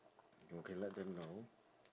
you can let them know